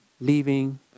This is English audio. leaving